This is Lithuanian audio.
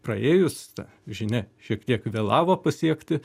praėjus ta žinia šiek tiek vėlavo pasiekti